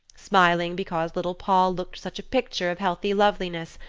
smiling because little poll looked such a picture of healthy loveliness,